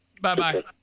Bye-bye